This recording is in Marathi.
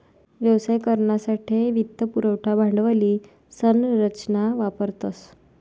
व्यवसाय करानासाठे वित्त पुरवठा भांडवली संरचना वापरतस